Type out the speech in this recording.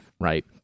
right